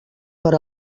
per